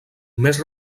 més